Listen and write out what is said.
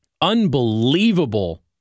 Unbelievable